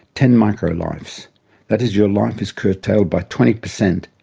ten microlifes, that is your life is curtailed by twenty percent,